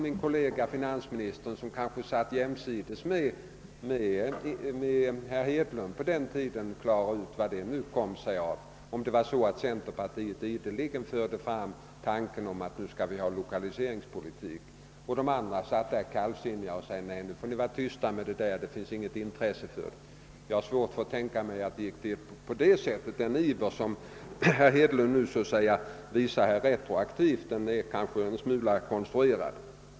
Min kollega finansministern, som väl agerade jämsides med herr Hedlund på den tiden, får väl klara ut hur det var med den saken, om centerpartiet då ideligen förde fram tanken på lokaliseringspolitik medan de andra satt kallsinniga och sade: Nej, nu får ni sluta att tala om det, ty det finns inget intresse för den saken! Jag har dock svårt att tänka mig att det gick till på det sättet. Den iver som herr Hedlund nu visar så att säga retroaktivt är måhända en smula konstruerad.